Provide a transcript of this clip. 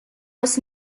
was